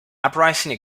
uprising